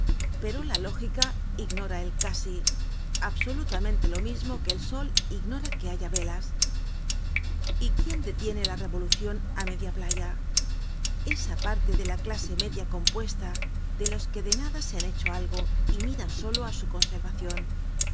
pero la lógica ignora el casi absolutamente lo mismo que el sol ignora que haya velas y quién detiene la revolucion á media playa esa parte de la clase media compuesta de los que de nada se han hecho algo y miran solo á su conservacion